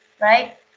right